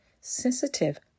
Sensitive